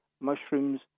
mushrooms